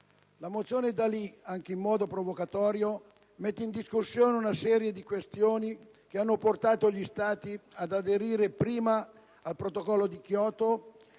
La mozione D'Alì, anche in modo provocatorio, mette in discussione una serie di questioni che hanno portato gli Stati ad aderire prima al Protocollo di Kyoto